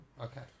okay